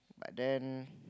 but then